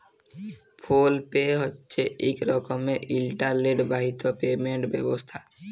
ফোল pay হছে ইক রকমের ইলটারলেট বাহিত পেমেলট ব্যবস্থা